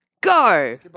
go